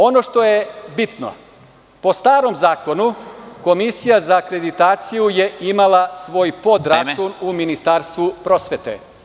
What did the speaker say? Ono što je bitno, po starom zakonu, Komisija za akreditaciju je imala svoj podračun u Ministarstvu prosvete.